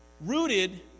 rooted